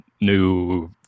new